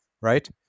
Right